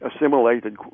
assimilated